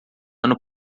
ano